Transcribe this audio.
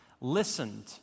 listened